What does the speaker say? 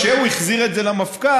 כשהוא החזיר את זה למפכ"ל,